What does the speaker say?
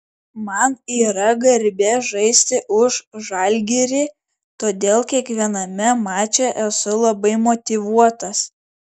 man yra garbė žaisti už žalgirį todėl kiekviename mače esu labai motyvuotas